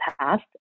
past